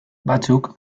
batzuk